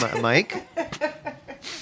Mike